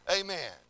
Amen